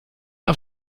auf